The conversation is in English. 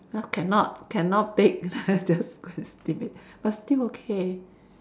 ah cannot cannot bake lah I just go and steam it but still okay